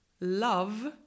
love